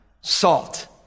salt